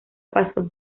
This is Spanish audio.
pasó